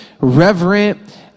reverent